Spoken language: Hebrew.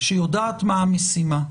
שיודעת מה המשימה.